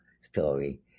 story